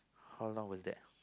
how long was that